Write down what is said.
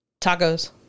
Tacos